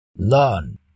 Learn